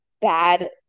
bad